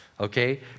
okay